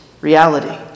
reality